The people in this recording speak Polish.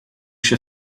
się